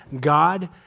God